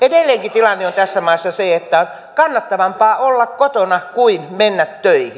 edelleenkin tilanne on tässä maassa se että on kannattavampaa olla kotona kuin mennä töihin